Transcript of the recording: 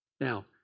Now